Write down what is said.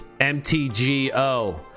MTGO